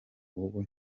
wowe